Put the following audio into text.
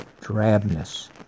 drabness